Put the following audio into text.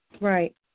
Right